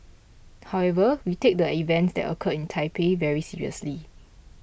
however we take the events that occurred in Taipei very seriously